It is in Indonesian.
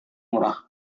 murah